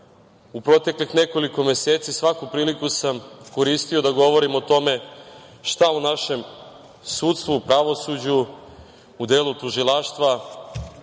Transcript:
u proteklih nekoliko meseci svaku priliku sam koristio da govorim o tome šta u našem sudstvu, u pravosuđu, u delu tužilaštva